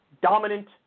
dominant